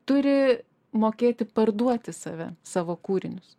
turi mokėti parduoti save savo kūrinius